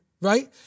right